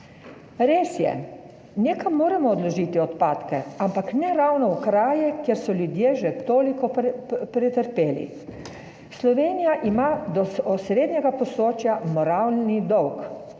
Res je, nekam moramo odložiti odpadke, ampak ne ravno v kraje, kjer so ljudje že toliko pretrpeli. Slovenija ima do srednjega Posočja moralni dolg.